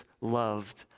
loved